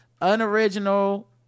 unoriginal